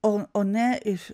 o o ne iš